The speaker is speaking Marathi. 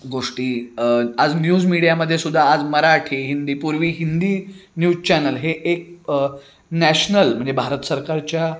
गोष्टी आज न्यूज मीडियामध्येसुद्धा आज मराठी हिंदी पूर्वी हिंदी न्यूज चॅनल हे एक नॅशनल म्हणजे भारत सरकारच्या